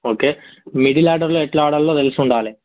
okay middle ఆర్డర్లో ఎలా ఆడాలో తెలిసి ఉండాలి